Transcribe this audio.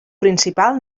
principal